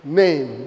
name